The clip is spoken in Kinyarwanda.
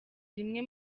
rimwe